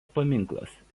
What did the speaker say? paminklas